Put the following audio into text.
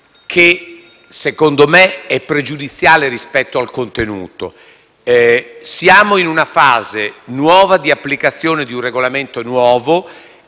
che a mio avviso è pregiudiziale rispetto al contenuto. Siamo in una fase nuova, di applicazione di un Regolamento nuovo;